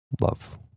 love